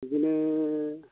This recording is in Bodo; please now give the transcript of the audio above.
बिदिनो